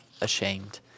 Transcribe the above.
ashamed